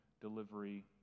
delivery